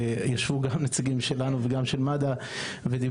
ישבו גם נציגים שלנו וגם נציגי של מד"א ודיברו,